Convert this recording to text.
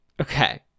Okay